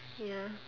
ya